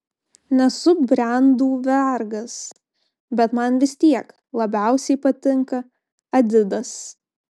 nesu brendų vergas bet man vis tiek labiausiai patinka adidas